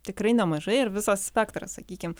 tikrai nemažai ir visas spektras sakykim